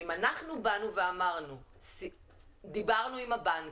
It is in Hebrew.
שאם אנחנו דיברנו עם הבנקים,